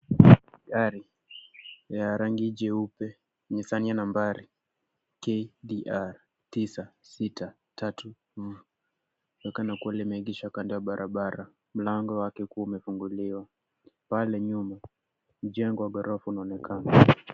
Gari ya rangi jeupe, leseni ya nambari, KDR tisa sita tatu M.linaonekana kuwa limeegeshwa kando ya barabara mlango wale ukiwa umefunguliwa. Pale nyuma, mjengo wa ghorofa unaonekana.